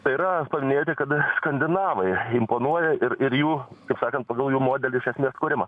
tai yra paminėjote kad skandinavai imponuoja ir ir jų kaip sakant pagal modelį iš esmės kuriama